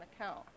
account